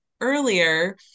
earlier